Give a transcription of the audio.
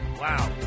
wow